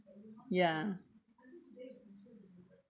ya